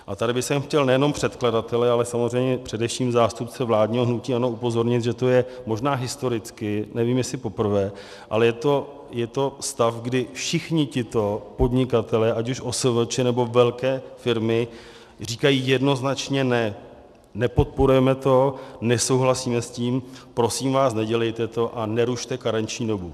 A tady bych chtěl nejenom předkladatele, ale především zástupce vládního hnutí ANO upozornit, že to je možná historicky, nevím, jestli poprvé, ale je to stav, kdy všichni tito podnikatelé, ať už OSVČ, nebo velké firmy, říkají jednoznačně: ne, nepodporujeme to, nesouhlasíme s tím, prosím vás, nedělejte to a nerušte karenční dobu.